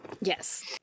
Yes